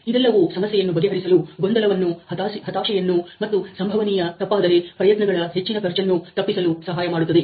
ಇದೆಲ್ಲವೂ ಸಮಸ್ಯೆಯನ್ನು ಬಗೆಹರಿಸಲು ಗೊಂದಲವನ್ನು ಹತಾಶೆಯನ್ನು ಮತ್ತು ಸಂಭವನೀಯ ತಪ್ಪಾದರೆ ಪ್ರಯತ್ನಗಳ ಹೆಚ್ಚಿನ ಖರ್ಚನ್ನು ತಪ್ಪಿಸಲು ಸಹಾಯ ಮಾಡುತ್ತದೆ